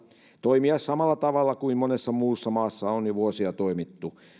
toimia samalla tavalla kuin monessa muussa maassa on jo vuosia toimittu